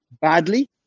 badly